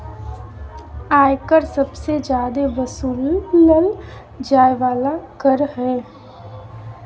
आय कर सबसे जादे वसूलल जाय वाला कर हय